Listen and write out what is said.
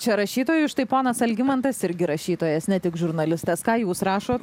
čia rašytojų štai ponas algimantas irgi rašytojas ne tik žurnalistas ką jūs rašot